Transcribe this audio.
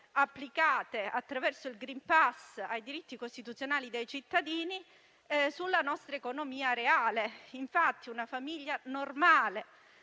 applicate attraverso il *greenpass* ai diritti costituzionali dei cittadini incideranno sulla nostra economia reale. Una famiglia normale